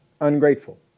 ungrateful